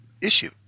issue